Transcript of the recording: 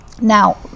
Now